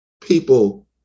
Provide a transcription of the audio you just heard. people